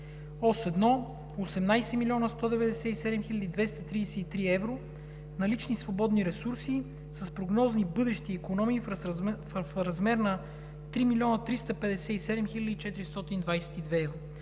Ос 1 – 18 млн. 197 хил. 233 евро налични свободни ресурси с прогнозни бъдещи икономии в размер на 3 млн. 357 хил. 422 евро;